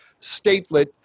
statelet